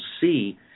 see